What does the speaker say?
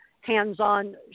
hands-on